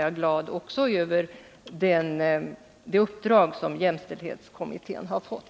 Jag är också glad över det uppdrag som jämställdhetskommittén har fått.